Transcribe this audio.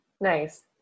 Nice